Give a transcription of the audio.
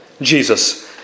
Jesus